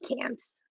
camps